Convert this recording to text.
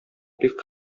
бик